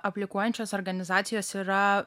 aplikuojančios organizacijos yra